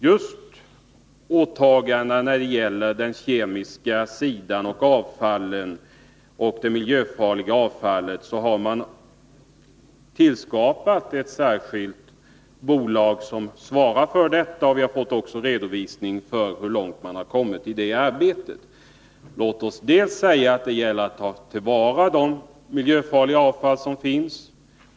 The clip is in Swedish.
Just när det gäller kemiskt avfall och annat miljöfarligt avfall har man tillskapat ett särskilt bolag som svarar för hanteringen av detta, och vi har fått en redovisning för hur långt man har kommit i det arbetet. Låt oss säga att det gäller att ta till vara det miljöfarliga avfall som finns.